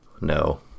No